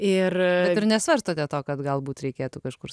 ir nesvarstote to kad galbūt reikėtų kažkur